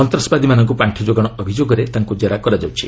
ସନ୍ତାସବାଦୀମାନଙ୍କ ପାଣ୍ଠି ଯୋଗାଣ ଅଭିଯୋଗରେ ତାଙ୍କୁ ଜେରା କରାଯାଉଛି